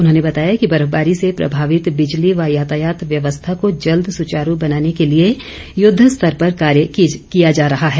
उन्होंने बताया कि बर्फबारी से प्रभावित बिजली व यातायात व्यवस्था को जल्द सुचारू बनाने को लिए युद्ध स्तर पर कार्य किया जा रहा है